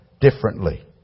differently